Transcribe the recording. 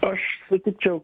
aš sutikčiau